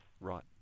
Right